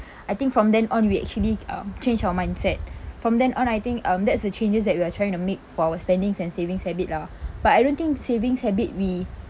I think from then on we actually um change our mindset from then on I think um that's the changes that we are trying to make for our spendings and savings habit lah but I don't think savings habit we